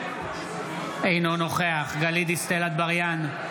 אינו נוכח גלית דיסטל אטבריאן,